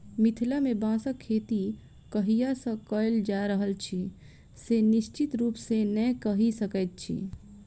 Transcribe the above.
मिथिला मे बाँसक खेती कहिया सॅ कयल जा रहल अछि से निश्चित रूपसॅ नै कहि सकैत छी